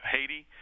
Haiti